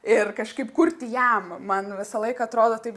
ir kažkaip kurti jam man visą laiką atrodo taip